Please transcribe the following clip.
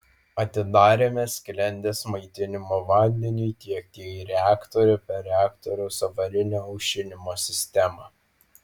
atidarėme sklendes maitinimo vandeniui tiekti į reaktorių per reaktoriaus avarinio aušinimo sistemą